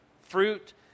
fruit